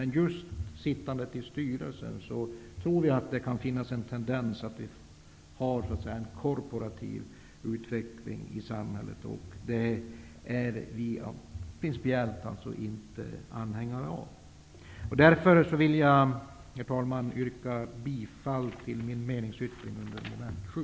Att just sitta i styrelser tror vi emellertid kan bidra till en tendens till korporativ utveckling i samhället, vilket vi principiellt inte är anhängare av. Herr talman! Jag yrkar därför bifall till min meningsyttring under mom. 7.